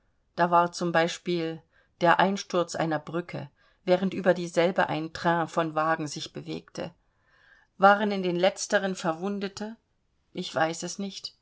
da war zum beispiel der einsturz einer brücke während über dieselbe ein train von wagen sich bewegte waren in den letzteren verwundete ich weiß es nicht